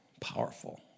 powerful